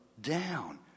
down